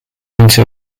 into